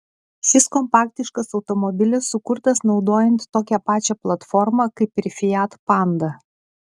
šis kompaktiškas automobilis sukurtas naudojant tokią pačią platformą kaip ir fiat panda